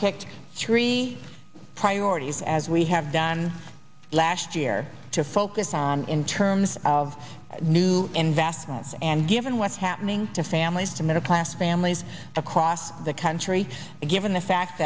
picked three priorities as we have done last year to focus on in terms of new investments and given what's happening to families to middle class families across the country given the fact